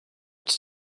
its